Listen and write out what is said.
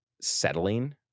settling